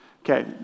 Okay